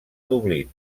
dublín